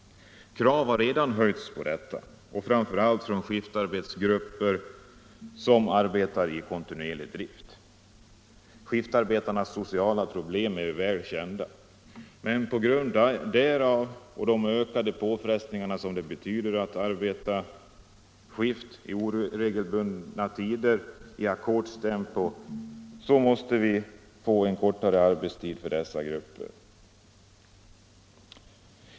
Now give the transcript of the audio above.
Krav har redan höjts på detta, framför allt från skiftarbetsgrupper som arbetar i kontinuerlig drift. Skiftarbetarnas sociala problem är väl kända. På grund därav och på grund av de ökade påfrestningar som det innebär att arbeta på oregelbundna tider i ackordstempo måste vi få kortare arbetstid för dessa grupper.